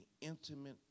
intimate